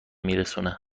میرسونه